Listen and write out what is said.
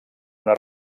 una